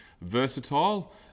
versatile